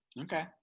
okay